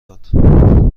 داد